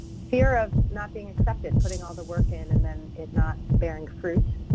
fear of not being accepted, putting all the work in and then it not bearing fruit.